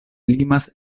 limas